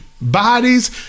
bodies